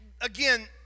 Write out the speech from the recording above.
again